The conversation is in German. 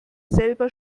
selber